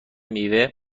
میوه